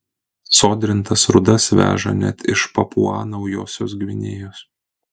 sodrintas rūdas veža net iš papua naujosios gvinėjos